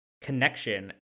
connection